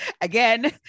Again